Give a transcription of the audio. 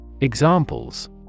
Examples